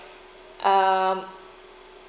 um